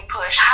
push